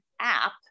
app